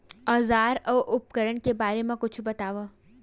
औजार अउ उपकरण के बारे मा कुछु बतावव?